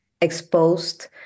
exposed